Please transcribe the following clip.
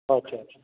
আচ্ছা আচ্ছা